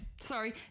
Sorry